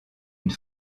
une